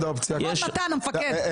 נכון, מתן, המפקד?